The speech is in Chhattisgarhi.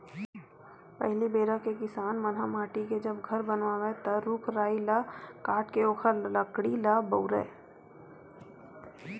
पहिली बेरा के किसान मन ह माटी के जब घर बनावय ता रूख राई ल काटके ओखर लकड़ी ल बउरय